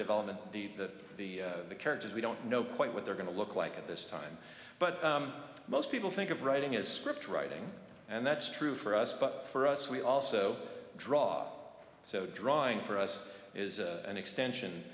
development the that the characters we don't know quite what they're going to look like at this time but most people think of writing a script writing and that's true for us but for us we also draw so drawing for us is an extension